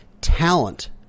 Talent